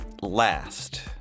last